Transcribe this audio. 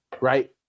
right